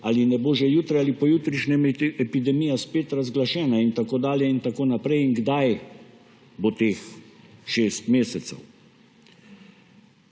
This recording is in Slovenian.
ali ne bo že jutri ali pojutrišnjem epidemija spet razglašena in tako dalje in tako naprej in kdaj bo teh šest mesecev.